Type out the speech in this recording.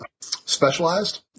specialized